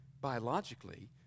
biologically